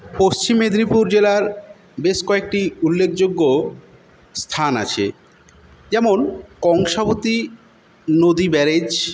পশ্চিম মেদনীপুর জেলার বেশ কয়েকটি উল্লেখযোগ্য স্থান আছে যেমন কংসাবতী নদী ব্যারেজ